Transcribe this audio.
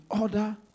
order